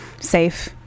safe